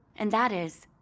and that is,